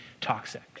toxic